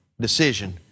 decision